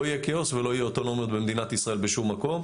לא יהיה כאוס ולא יהיה אוטונומיות במדינת ישראל בשום מקום,